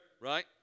Right